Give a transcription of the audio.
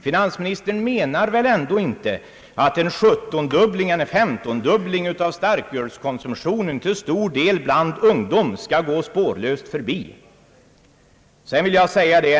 Finansministern menar väl inte att en femtondubbling av starkölskonsumtionen till stor del bland ungdom kan gå spårlöst förbi?